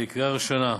לקריאה ראשונה.